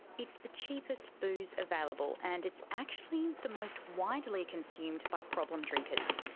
it's the cheapest booze available and it's actually the most widely consumed by problem drinkers.